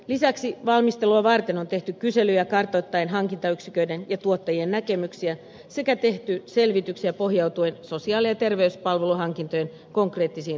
lisäksi valmistelua varten on tehty kyselyjä kartoittaen hankintayksiköiden ja tuottajien näkemyksiä sekä tehty selvityksiä pohjautuen sosiaali ja terveyspalveluhankintojen konkreettisiin tarjouspyyntöasiakirjoihin